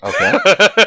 Okay